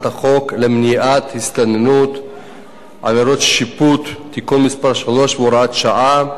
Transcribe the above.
החוק למניעת הסתננות (עבירות ושיפוט) (תיקון מס' 3 והוראת שעה),